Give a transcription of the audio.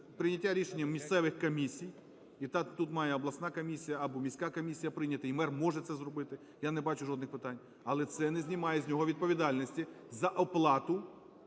прийняття рішень місцевих комісій. І тут має обласна комісія або міська комісія прийняти, і мер може це зробити, я не бачу жодних питань. Але це не знімає з нього відповідальності за оплату,